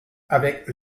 avec